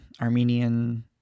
armenian